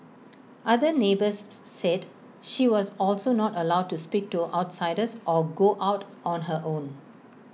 other neighbours said she was also not allowed to speak to outsiders or go out on her own